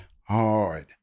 hard